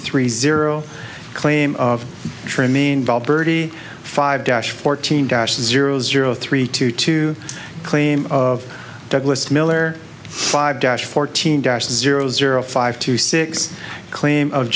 three zero claim of trim involved birdie five dash fourteen dash zero zero three two to claim of douglas miller five dash fourteen dash zero zero five two six claim of